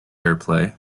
airplay